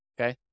okay